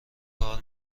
کار